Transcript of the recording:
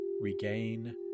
regain